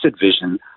vision